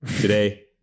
Today